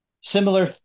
Similar